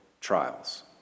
Trials